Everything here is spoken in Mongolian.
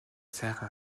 сайхан